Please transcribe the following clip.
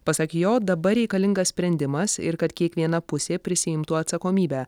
pasak jo dabar reikalingas sprendimas ir kad kiekviena pusė prisiimtų atsakomybę